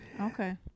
Okay